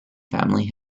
family